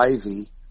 Ivy